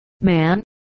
man